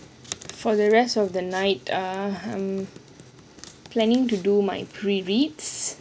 for the rest of the night ah planning to do my pre reads